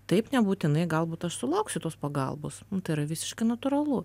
taip nebūtinai galbūt aš sulauksiu tos pagalbos tai yra visiškai natūralu